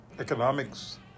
economics